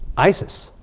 isis.